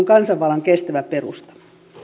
kansanvallan kestävä perusta